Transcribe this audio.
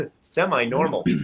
semi-normal